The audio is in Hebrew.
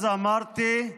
אז אמרתי,